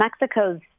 Mexico's